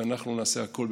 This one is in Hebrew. ואנחנו נעשה הכול,